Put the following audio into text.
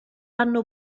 hanno